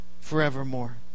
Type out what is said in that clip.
forevermore